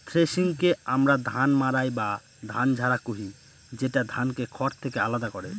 থ্রেশিংকে আমরা ধান মাড়াই বা ধান ঝাড়া কহি, যেটা ধানকে খড় থেকে আলাদা করে